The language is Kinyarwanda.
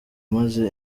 maze